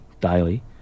daily